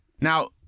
Now